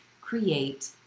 create